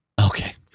Okay